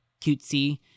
cutesy